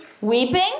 weeping